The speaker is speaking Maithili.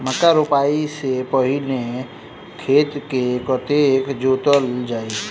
मक्का रोपाइ सँ पहिने खेत केँ कतेक जोतल जाए?